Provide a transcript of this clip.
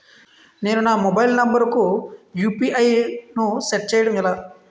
నేను నా mobile number కుయు.పి.ఐ ను సెట్ చేయడం ఎలా?